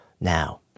now